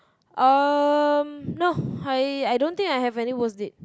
um no I I don't think I have any worst date